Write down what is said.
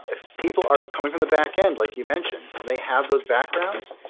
if people are coming from the back end, like you mentioned, and they have those backgrounds,